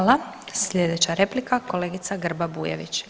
Slijedeća replika kolegica Grba Bujević.